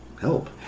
help